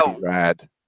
rad